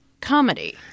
comedy